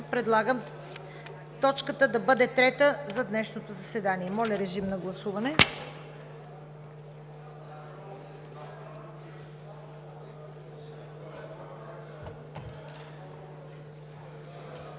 предлагам точката да бъде трета за днешното заседание. Моля, режим на гласуване.